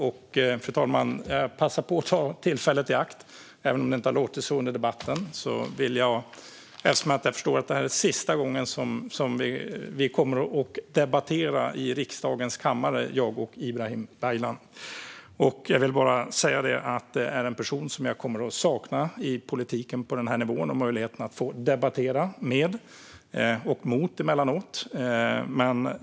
Jag tar tillfället i akt, fru talman, eftersom jag förstår att detta är sista gången Ibrahim Baylan och jag kommer att debattera i riksdagens kammare, att säga att Ibrahim Baylan - även om det inte har låtit så under debatten - är en person jag kommer att sakna möjligheten att debattera med, och mot emellanåt, på den här nivån i politiken.